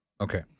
Okay